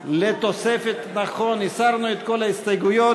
לב, הסרנו את כל ההסתייגויות.